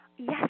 Yes